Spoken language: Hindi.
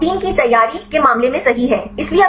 तो प्रोटीन की तैयारी के मामले में सही है